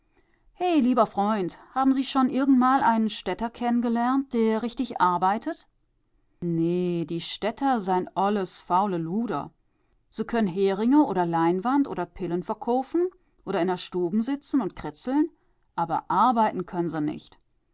he lieber freund haben sie schon irgendmal einen städter kennengelernt der richtig arbeitet nee die städter sein olles faule luder se könn heringe oder leinwand oder pillen verkoofen oder in a stuben sitzen und kritzeln aber arbeiten könn se nicht